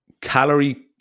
Calorie